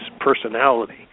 personality